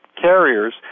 carriers